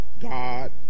God